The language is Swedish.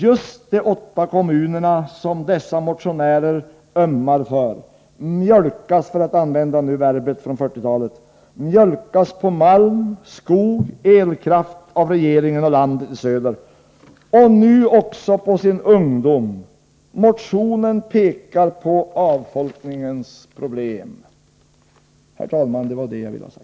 Just de åtta kommuner som dessa motionärer ömmar för, mjölkas — för att använda verbet från 1940-talet — på malm, skog och elkraft av regeringen och landet i söder, och nu också på sin ungdom: motionen pekar på avfolkningens allvarliga problem. Herr talman! Det var det jag ville ha sagt.